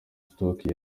stoke